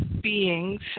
beings